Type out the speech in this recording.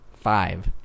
Five